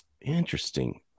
Interesting